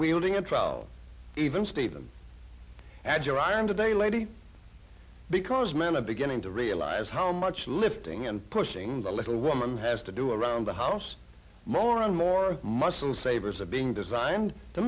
wielding a trial even steven adjure iron today lady because men are beginning to realize how much lifting and pushing the little woman has to do around the house more and more muscle savers are being